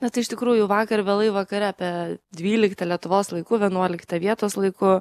na tai iš tikrųjų vakar vėlai vakare apie dvyliktą lietuvos laiku vienuoliktą vietos laiku